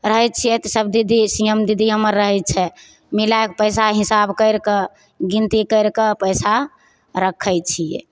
रहै छिए तऽ सब दीदी सी एम दीदी हमर रहै छै मिलैके पइसा हिसाब करिके गिनती करिके पइसा रखै छिए